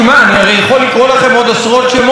אני, הרי, יכול לקרוא לכם עוד עשרות שמות.